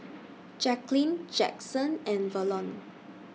Jacqueline Jackson and Verlon